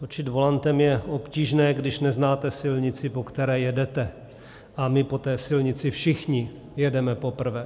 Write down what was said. Točit volantem je obtížné, když neznáte silnici, po které jedete, a my po té silnici všichni jedeme poprvé.